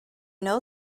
know